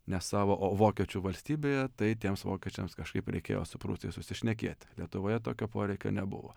ne savo o vokiečių valstybėje tai tiems vokiečiams kažkaip reikėjo su prūsais susišnekėti lietuvoje tokio poreikio nebuvo